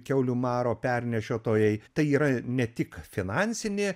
kiaulių maro pernešiotojai tai yra ne tik finansinė